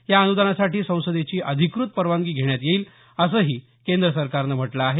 या अन्दानासाठी संसदेची अधिकृत परवानगी घेण्यात येईल असंही केंद्र सरकारनं म्हटलं आहे